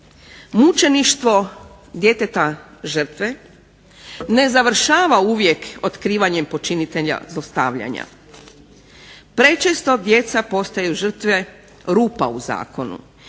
mučeništvo djeteta žrtve ne završava uvijek otkrivanjem počinitelja zlostavljanja. Prečesto djeca potaju žrtve rupa u zakonu